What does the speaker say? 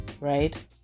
Right